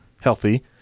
healthy